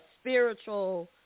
spiritual